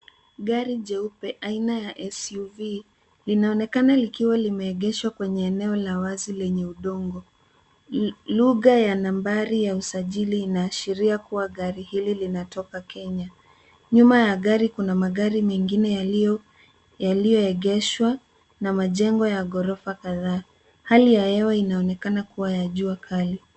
Gari jeupe aina ya SUV, linaonekana likiwa limeegeshwa kwenye eneo la wazi lenye udongo. Lu lugha ya nambari ya usajili inaashiria kuwa gari hili linatoka Kenya. Nyuma ya gari kuna magari mengine yaliyo yaliyoegeshwa na majengo ya ghorofa kadhaa. Hali ya hewa inaonekana kuwa ya jua kali.